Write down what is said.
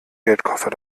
geldkoffer